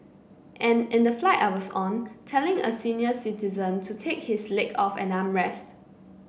and in the flight I was on telling a senior citizen to take his leg off an armrest